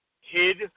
hid